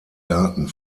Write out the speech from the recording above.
daten